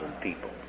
people